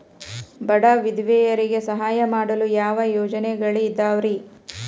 ಬಡ ವಿಧವೆಯರಿಗೆ ಸಹಾಯ ಮಾಡಲು ಯಾವ ಯೋಜನೆಗಳಿದಾವ್ರಿ?